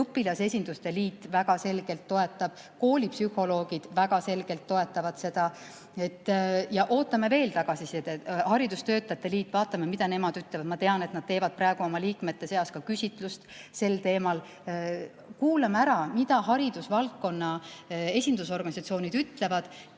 Õpilasesinduste liit väga selgelt toetab, koolipsühholoogid väga selgelt toetavad seda. Ja ootame veel tagasisidet. Haridustöötajate liit, vaatame, mida nemad ütlevad. Ma tean, et nad teevad praegu oma liikmete seas küsitlust sel teemal. Kuulame ära, mida haridusvaldkonna esindusorganisatsioonid ütlevad.